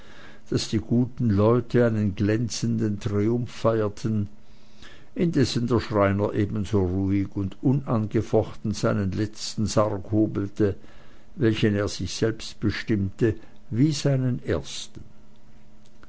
daß die guten leute einen glänzenden triumph feierten indessen der schreiner ebenso ruhig und unangefochten seinen letzten sarg hobelte welchen er sich selbst bestimmte wie einst seinen ersten